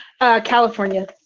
California